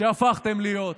שהפכתם להיות.